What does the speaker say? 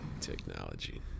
Technology